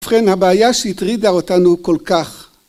ובכן הבעיה שהטרידה אותנו כל כך